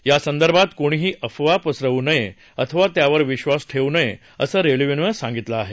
यासंदर्भात कोणीही अफवा पसरवू नये अथवा त्यावर विश्वास ठेवू नये असं रेल्वेने सांगितलं आहे